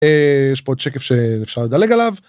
יש פה עוד שקף שאפשר לדלג עליו.